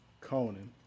Conan